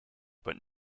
but